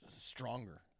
stronger